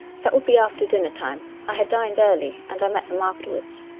that would be after dinner-time. i had dined early and i met them afterwards.